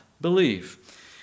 believe